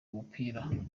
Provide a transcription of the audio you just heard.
umupira